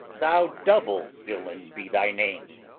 thou double villain, be thy name,